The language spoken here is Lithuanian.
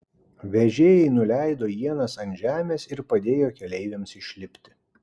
vežėjai nuleido ienas ant žemės ir padėjo keleiviams išlipti